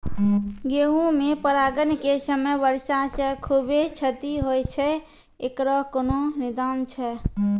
गेहूँ मे परागण के समय वर्षा से खुबे क्षति होय छैय इकरो कोनो निदान छै?